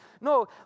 No